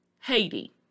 Haiti